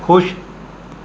ਖੁਸ਼